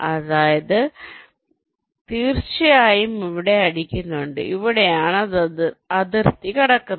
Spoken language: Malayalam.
അതിനാൽ അത് തീർച്ചയായും ഇവിടെ അടിക്കുന്നുണ്ട് ഇവിടെയാണ് അത് അതിർത്തി കടക്കുന്നത്